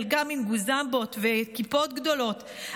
חלקם עם גוזמבות וכיפות גדולות,